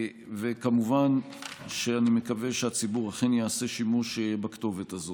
וכמובן אני מקווה שהציבור אכן יעשה שימוש בכתובת הזאת.